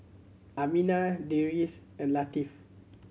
Aminah Deris and Latif